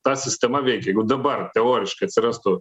ta sistema veikia jau dabar teoriškai atsirastų